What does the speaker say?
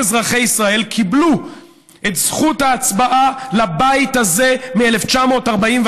קיבלו את זכות ההצבעה לבית הזה ב-1949,